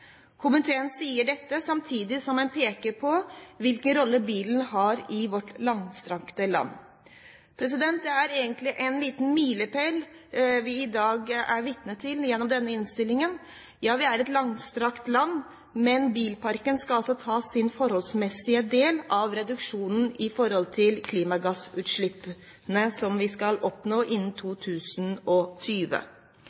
Komiteen sier dette samtidig som en peker på hvilken rolle bilen har i vårt langstrakte land. Det er egentlig en liten milepæl vi i dag er vitne til gjennom denne innstillingen. Ja, vi er et langstrakt land, men bilparken skal altså ta sin forholdsmessige del av reduksjonen av klimagassutslippene som vi skal oppnå innen